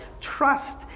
trust